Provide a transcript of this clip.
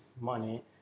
money